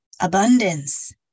abundance